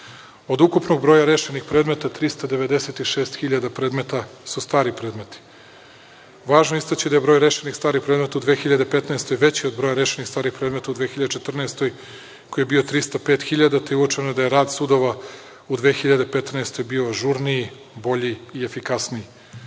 Od ukupnog broja rešenih predmeta 396.000 predmeta su stari predmeti. Važno je istaći da je broj rešenih starih predmeta u 2015. godini veći od broja rešenih starih predmeta u 2014. godini, a koji je bio 305.000, te je uočeno da je rad sudova u 2015. godini bio ažurniji, bolji i efikasniji. Postoji